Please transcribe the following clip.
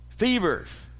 fevers